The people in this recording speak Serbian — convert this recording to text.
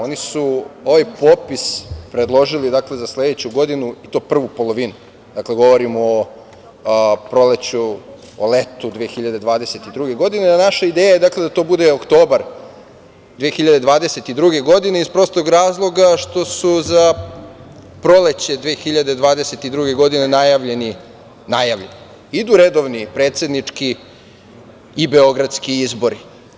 Oni su ovaj popis predložili za sledeću godinu i to prvu polovinu, dakle govorim o proleću, letu 2022. godine, a naša ideja je da to bude oktobar 2022. godine iz prostog razloga što su za proleće 2022. godine najavljeni, idu redovni predsednički i beogradski izbori.